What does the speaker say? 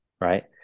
right